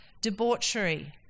debauchery